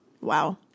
Wow